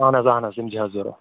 اَہَن حظ اَہَن حظ یِم چھِ حظ ضوٚرتھ